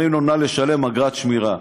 אומרים לו: נא לשלם אגרת שמירה.